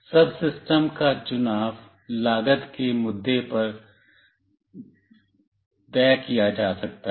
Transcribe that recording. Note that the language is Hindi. सबसिस्टम का चुनाव लागत के मुद्दे द्वारा तय किया जा सकता है